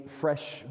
fresh